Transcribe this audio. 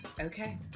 Okay